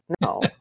No